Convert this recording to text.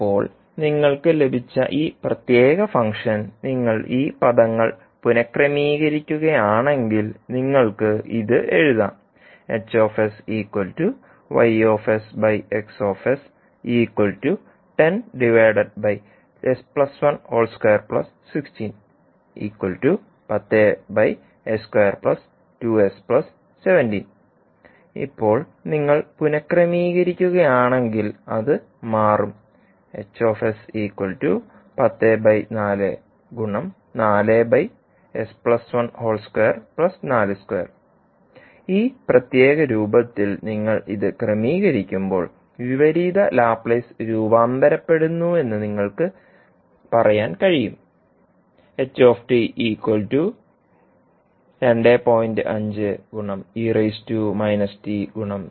ഇപ്പോൾ നിങ്ങൾക്ക് ലഭിച്ച ഈ പ്രത്യേക ഫംഗ്ഷൻ നിങ്ങൾ ഈ പദങ്ങൾ പുനക്രമീകരിക്കുകയാണെങ്കിൽ നിങ്ങൾക്ക് ഇത് എഴുതാം ഇപ്പോൾ നിങ്ങൾ പുനക്രമീകരിക്കുകയാണെങ്കിൽ അത് മാറും ഈ പ്രത്യേക രൂപത്തിൽ നിങ്ങൾ ഇത് ക്രമീകരിക്കുമ്പോൾ വിപരീത ലാപ്ലേസ് രൂപാന്തരപ്പെടുന്നുവെന്ന് നിങ്ങൾക്ക് പറയാൻ കഴിയും